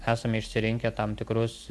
esam išsirinkę tam tikrus